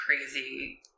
crazy